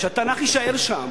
שהתנ"ך יישאר שם.